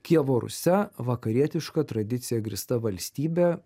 kijevo rusia vakarietiška tradicija grįsta valstybė